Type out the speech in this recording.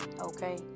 okay